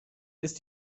ist